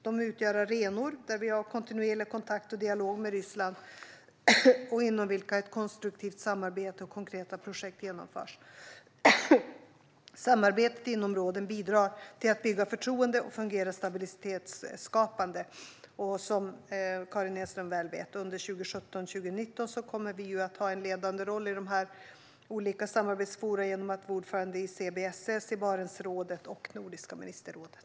De utgör arenor där vi har kontinuerlig kontakt och dialog med Ryssland och inom vilka ett konstruktivt samarbete och konkreta projekt genomförs. Samarbetet inom råden bidrar till att bygga förtroende och fungerar stabilitetsskapande. Som Karin Enström väl känner till kommer vi under 2017-2019 att ha en ledande roll i dessa olika samarbetsforum genom att vara ordförande i CBSS, Barentsrådet och Nordiska ministerrådet.